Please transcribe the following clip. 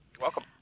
welcome